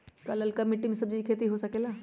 का लालका मिट्टी कर सब्जी के भी खेती हो सकेला?